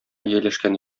ияләшкән